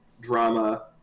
drama